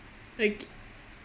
okay